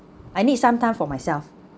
I need some time for myself